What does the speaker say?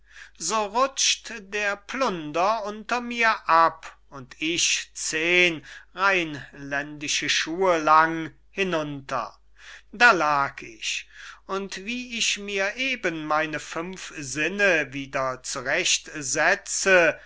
so rutscht der plunder unter mir ab und ich zehn rheinländische schuhe lang hinunter da lag ich und wie ich mir eben meine fünf sinne wieder zurecht setze